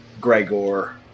Gregor